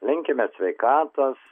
linkime sveikatos